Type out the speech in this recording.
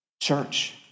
church